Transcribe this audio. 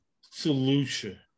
solution